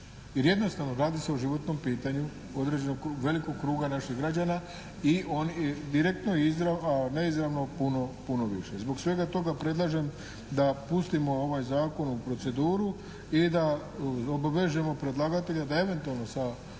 Jer jednostavno, radi se o životnom pitanju velikog kruga naših građana i oni direktno i neizravno puno više. Zbog svega toga predlažem da pustimo ovaj zakon u proceduru i da obvežemo predlagatelja da eventualno sa